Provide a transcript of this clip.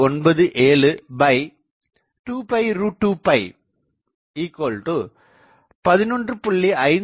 9722 11